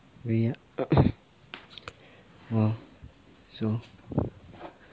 really ah !wah! so